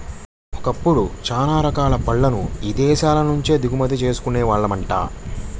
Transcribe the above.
ఒకప్పుడు చానా రకాల పళ్ళను ఇదేశాల నుంచే దిగుమతి చేసుకునే వాళ్ళమంట